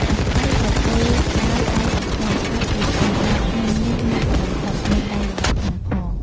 អាខិលប្រគល់ដាវឱ្យអាខូចហើយអួតថា “ដាវខ្ញុំនេះមុតបំផុត មេដែករបស់ខ្ញុំផង។